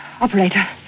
Operator